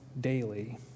daily